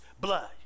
blood